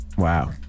Wow